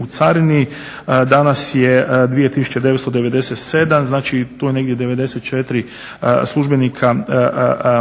u carini. Danas je 2997 tu je negdje 94 službenika